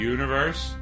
Universe